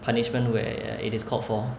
punishment where it is called for